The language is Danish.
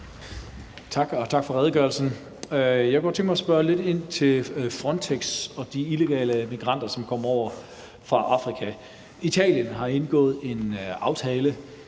tak for redegørelsen. Jeg kunne godt tænke mig at spørge lidt ind til Frontex og de illegale migranter, som kommer over fra Afrika. Italien har indgået en aftale